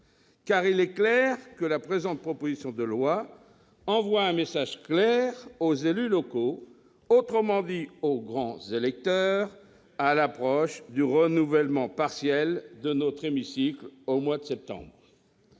? Il est évident que la présente proposition de loi envoie un message clair aux élus locaux, autrement dit aux grands électeurs, à l'approche du renouvellement partiel de notre assemblée, au mois de septembre